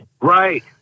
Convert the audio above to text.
Right